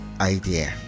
idea